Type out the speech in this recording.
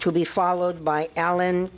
to be followed by alan